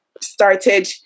started